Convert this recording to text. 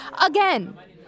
again